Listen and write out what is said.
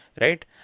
right